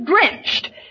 drenched